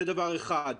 זה דבר אחד.